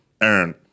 Aaron